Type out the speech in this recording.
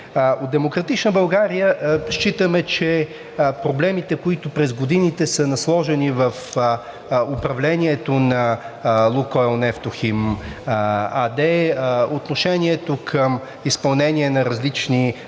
От „Демократична България“ считаме, че проблемите, които през годините са насложени в управлението на „Лукойл Нефтохим Бургас“ АД, отношението към изпълнение на различни